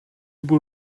бүр